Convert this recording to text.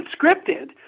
Unscripted